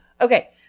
Okay